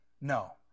No